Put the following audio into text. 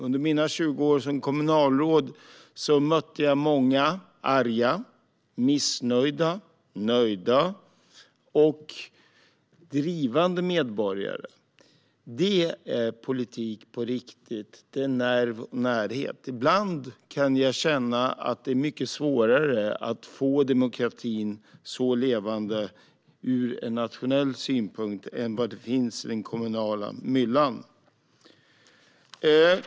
Under mina 20 år som kommunalråd mötte jag många arga, missnöjda, nöjda och drivande medborgare. Det är politik på riktigt. Det är nerv och närhet. Ibland kan jag känna att det är mycket svårare att få demokratin lika levande ur nationell synpunkt som i den kommunala myllan.